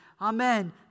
Amen